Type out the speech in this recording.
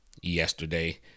yesterday